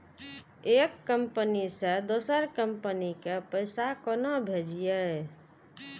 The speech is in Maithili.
एक कंपनी से दोसर कंपनी के पैसा केना भेजये?